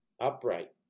Upright